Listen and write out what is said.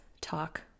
talk